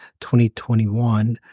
2021